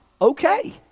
okay